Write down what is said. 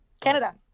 Canada